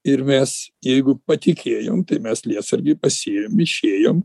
ir mes jeigu patikėjom tai mes lietsargį pasiėmėm išėjom